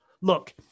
Look